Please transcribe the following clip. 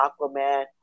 Aquaman